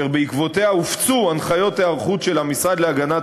ובעקבותיה הופצו הנחיות היערכות של המשרד להגנת